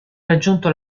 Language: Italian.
raggiunto